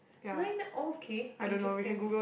nine oh okay interesting